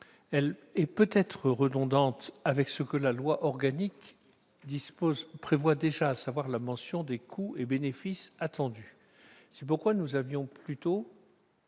Elle est peut-être redondante avec ce que la loi organique prévoit déjà, à savoir la mention des coûts et bénéfices attendus. C'est pourquoi la commission